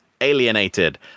alienated